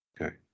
Okay